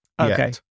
Okay